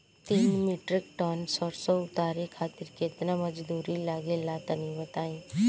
तीन metric tonne सरसो उतारे खातिर केतना मजदूरी लगे ला तनि बताई?